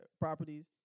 properties